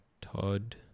Todd